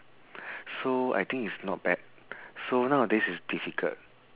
so I think it's not bad so nowadays it's difficult